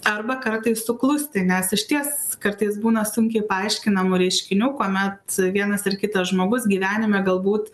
arba kartais suklusti nes išties kartais būna sunkiai paaiškinamų reiškinių kuomet vienas ar kitas žmogus gyvenime galbūt